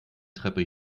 treppe